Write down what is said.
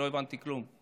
לא הבנתי כלום,